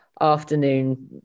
afternoon